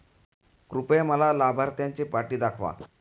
कृपया मला लाभार्थ्यांची यादी दाखवा